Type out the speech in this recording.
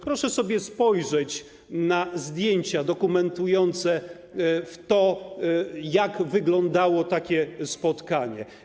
Proszę sobie spojrzeć na zdjęcia dokumentujące to, jak wyglądało takie spotkanie.